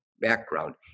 background